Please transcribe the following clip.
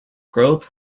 growth